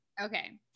Okay